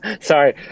Sorry